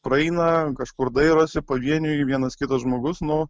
praeina kažkur dairosi pavieniui vienas kitas žmogus nu